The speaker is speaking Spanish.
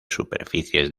superficies